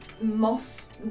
moss